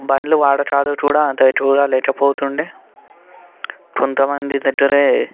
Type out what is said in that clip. బండ్లు వాడకాలు కూడా అంత ఎక్కువగా లేకపోతుండేది కొంత మంది దగ్గరే